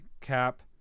Cap